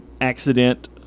accident